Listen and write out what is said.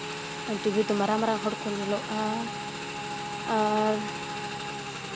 TV ᱫᱚ ᱢᱟᱨᱟᱝ ᱢᱟᱨᱟᱝ ᱦᱚᱲᱠᱚ ᱧᱮᱞᱚᱜᱼᱟ ᱟᱨ